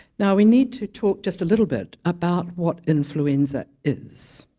now we need to talk just a little bit about what influenza is